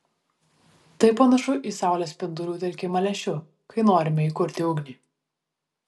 tai panašu į saulės spindulių telkimą lęšiu kai norime įkurti ugnį